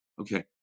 Okay